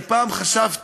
אני פעם חשבתי,